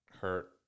hurt